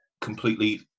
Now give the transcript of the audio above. completely